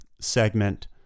segment